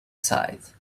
side